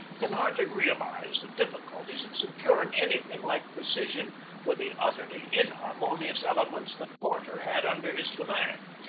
can hardly realize the difficulties of securing anything like precision with the utterly inharmonious elements that porter had under his command.